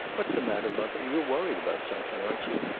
what's the matter, mother? you're worried about something, aren't you?